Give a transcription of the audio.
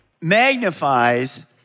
magnifies